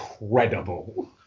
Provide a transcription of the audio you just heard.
incredible